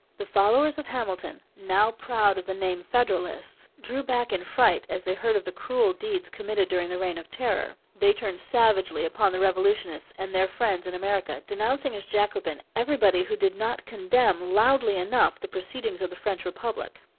the followers of hamilton, now proud of the name federalists, drew back in fright as they heard of the cruel deeds committed during the reign of terror. they turned savagely upon the revolutionists and their friends in america, denouncing as jacobin everybody who did not condemn loudly enough the proceedings of the french republic.